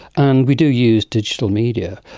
and we do use digital media.